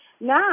now